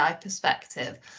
perspective